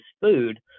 food